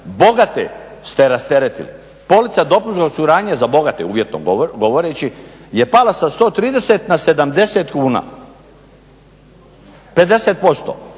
bogate ste rasteretili. Polica dopunskog osiguranje je za bogate uvjetno govoreći je palo sa 130 na 70 kuna, 50%.